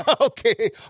Okay